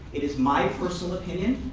it is my personal opinion,